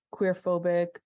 queerphobic